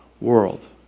world